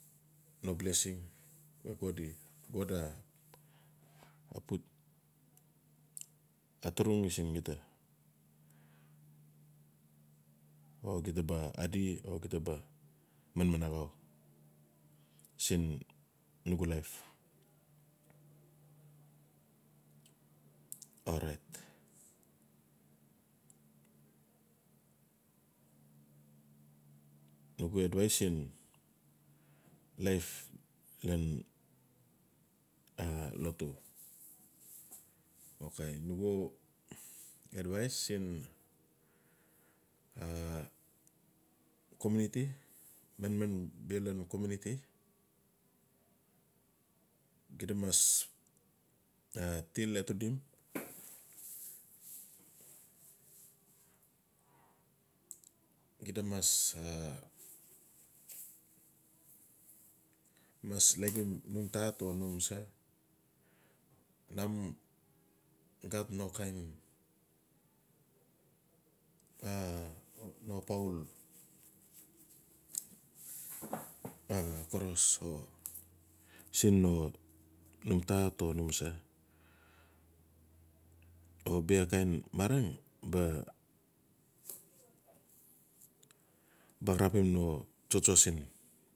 No blessing, god a aturugi siin gita o gita ba, o gita ba manman axau siin nugu life. Orait nu gu advais life ngan lotu ok nugu advais siin komiuniti manman bia lan komiuniti xida mas ti le to dum xida mas laikim num tat o num sa, num gat no kain, no kain a no poul a koros o siin no num tat o num sa, o bia kain marang ba baxarapim no tsotso siin.